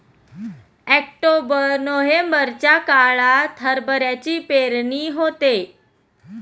October नोव्हेंबरच्या काळात हरभऱ्याची पेरणी होते